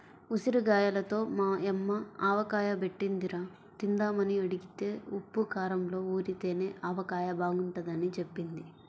ఉసిరిగాయలతో మా యమ్మ ఆవకాయ బెట్టిందిరా, తిందామని అడిగితే ఉప్పూ కారంలో ఊరితేనే ఆవకాయ బాగుంటదని జెప్పింది